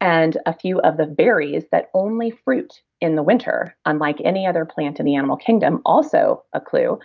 and a few of the berries that only fruit in the winter, unlike any other plant in the animal kingdom also a clue,